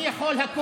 אני יכול הכול.